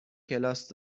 کلاس